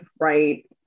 right